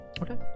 Okay